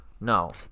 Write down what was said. No